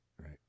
Right